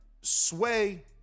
Sway